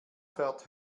fährt